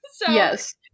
Yes